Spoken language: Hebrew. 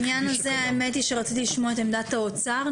לעניין הזה האמת היא שרציתי לשמוע את עמדת האוצר.